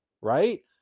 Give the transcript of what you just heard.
right